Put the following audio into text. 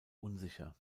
unsicher